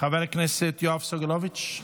חבר הכנסת יואב סגלוביץ',